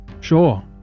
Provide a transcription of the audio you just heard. Sure